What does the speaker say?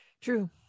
True